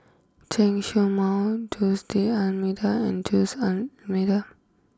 Chen show Mao Jose D'Almeida and Jose D'Almeida